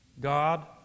God